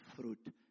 fruit